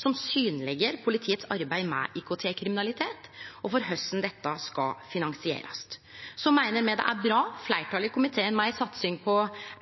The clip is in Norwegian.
som synleggjer politiets arbeid med IKT-kriminalitet og korleis dette skal finansierast. Så meiner fleirtalet i komiteen at det er bra med ei satsing på